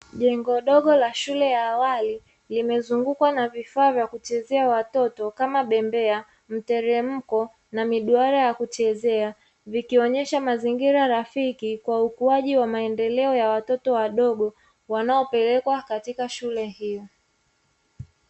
Jengo dogo la shule ya awali, limezungukwa na vifaa vya kuchezea watoto kama bembea, miteremko na miduara ya kuchezea, vikionyesha mazingira rafiki kwa ukuaji wa maendeleo ya watoto wadogo wanaopelekwa katika shule hio.